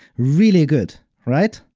really good, right?